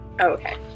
Okay